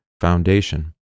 foundation